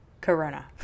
Corona